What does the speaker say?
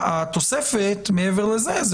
התוספת, מעבר לזה, היא